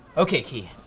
okay, ki,